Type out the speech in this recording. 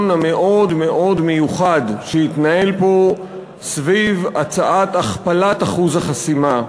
המאוד-מאוד מיוחד שהתנהל פה סביב הצעת הכפלת אחוז החסימה,